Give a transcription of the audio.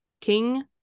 King